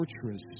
fortress